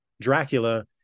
Dracula